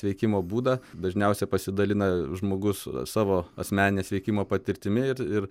veikimo būdą dažniausiai pasidalina žmogus savo asmenine sveikimo patirtimi ir ir